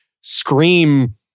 scream